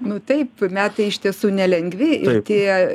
nu taip metai iš tiesų nelengvi ir tie